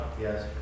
Yes